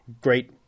great